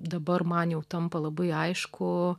dabar man jau tampa labai aišku